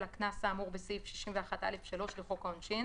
הקנס האמור בסעיף 61(א)(3) לחוק העונשין